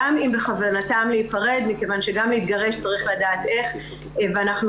גם אם בכוונתם להפרד מכיוון שגם להתגרש צריך לדעת איך ואנחנו